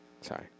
Sorry